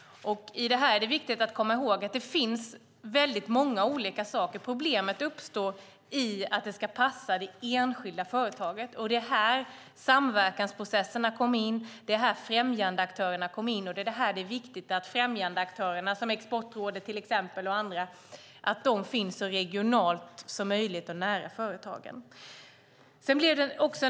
Det är viktigt att komma ihåg att det finns många olika saker. Problem uppstår då det ska passa det enskilda företaget. Här kommer samverkansprocesserna och främjandeaktörerna in, och här är det viktigt att främjandeaktörerna, Exportrådet och andra, finns så regionalt och nära företagen som möjligt.